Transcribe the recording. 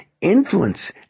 influence